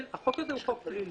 החוק הזה הוא חוק פלילי.